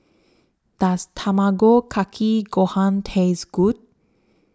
Does Tamago Kake Gohan Taste Good